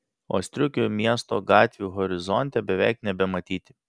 o striukių miesto gatvių horizonte beveik nebematyti